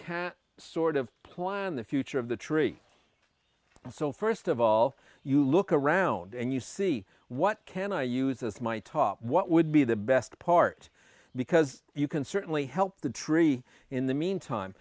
can sort of plan the future of the tree so first of all you look around and you see what can i use as my top what would be the best part because you can certainly help the tree in the meantime